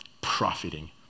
profiting